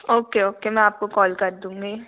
okay okay मैं आपको call कर दूँगी